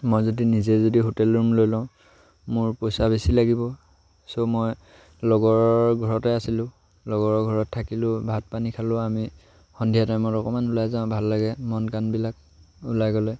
মই যদি নিজে যদি হোটেল ৰুম লৈ লওঁ মোৰ পইচা বেছি লাগিব চ' মই লগৰৰ ঘৰতে আছিলোঁ লগৰৰ ঘৰত থাকিলোঁ ভাত পানী খালোঁ আমি সন্ধিয়া টাইমত অকণমান ওলাই যাওঁ ভাল লাগে মন কানবিলাক ওলাই গ'লে